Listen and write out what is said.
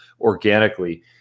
organically